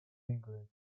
england